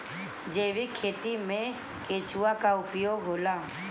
जैविक खेती मे केचुआ का उपयोग होला?